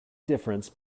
difference